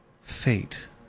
fate